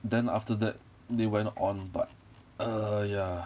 then after that they went on but err ya